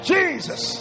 Jesus